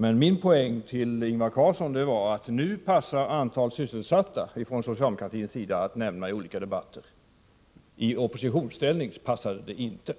Men min poäng till Ingvar Carlsson var att det nu från socialdemokratins sida passar att i olika debatter nämna antalet sysselsatta — i oppositionsställning passade det inte.